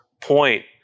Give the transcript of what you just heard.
point